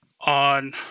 on